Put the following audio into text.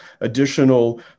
additional